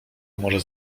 może